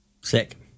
Sick